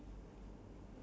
ya